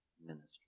ministry